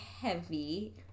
heavy